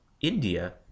India